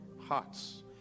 hearts